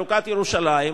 חלוקת ירושלים,